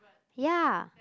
ya